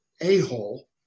a-hole